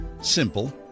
simple